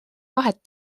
vahet